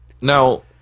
Now